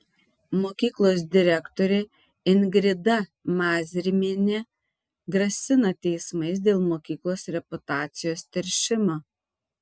mokyklos direktorė ingrida mazrimienė grasina teismais dėl mokyklos reputacijos teršimo